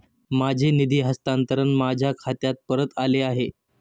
माझे निधी हस्तांतरण माझ्या खात्यात परत आले आहे